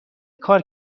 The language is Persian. کار